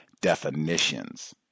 definitions